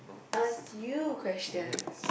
ask you question